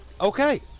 Okay